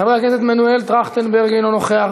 חבר הכנסת מנואל טרכטנברג, אינו נוכח.